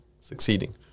succeeding